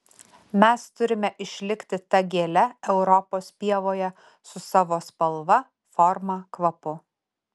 mes turime išlikti ta gėle europos pievoje su savo spalva forma kvapu